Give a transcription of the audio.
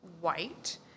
white